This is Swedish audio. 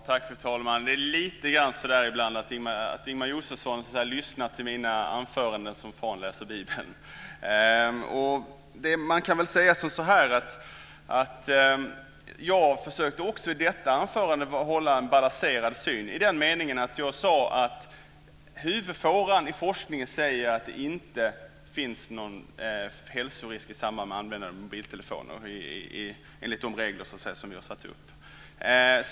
Fru talman! Ibland är det lite grann så att Ingemar Josefsson lyssnar till mina anföranden som fan läser Bibeln. I detta anförande försökte jag också hålla en balanserad syn. Jag sade att huvudfåran i forskningen säger att det inte finns någon hälsorisk i samband med användande av mobiltelefoner enligt de regler som vi har satt upp.